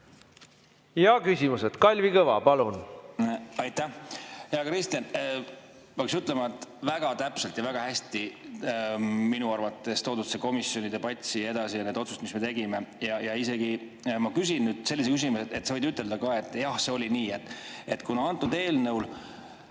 Ja küsimused. Kalvi Kõva, palun!